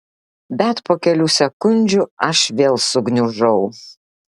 bet po kelių sekundžių aš vėl sugniužau